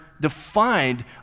defined